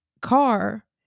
car